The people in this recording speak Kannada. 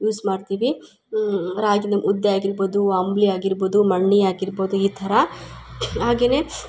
ಯೂಸ್ ಮಾಡ್ತೀವಿ ರಾಗಿನ ಮುದ್ದೆ ಆಗಿರ್ಬೋದು ಅಂಬಲಿ ಆಗಿರ್ಬೋದು ಮಣ್ಣಿ ಆಗಿರ್ಬೋದು ಈ ಥರ ಹಾಗೇ